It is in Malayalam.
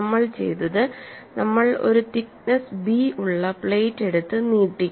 നമ്മൾ ചെയ്തത് നമ്മൾ ഒരു തിക്നെസ്സ് ബി ഉള്ള പ്ലേറ്റ് എടുത്ത് നീട്ടി